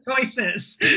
choices